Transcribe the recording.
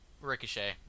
Ricochet